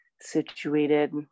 situated